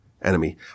enemy